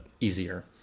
easier